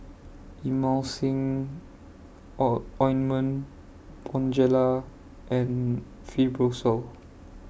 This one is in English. Emulsying O Ointment Bonjela and Fibrosol